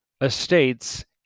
estates